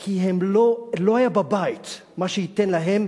כי לא היה בבית מה שייתן להם